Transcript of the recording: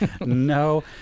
No